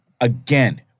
again